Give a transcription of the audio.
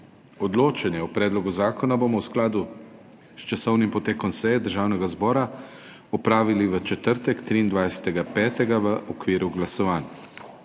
Odločanje o predlogu zakona bomo v skladu s časovnim potekom seje Državnega zbora opravili v četrtek, 23. 5., v okviru glasovanj.